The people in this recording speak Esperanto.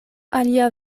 alia